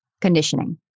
conditioning